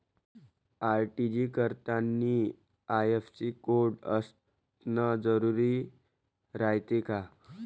RTGS करतांनी IFSC code असन जरुरी रायते का?